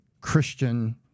Christian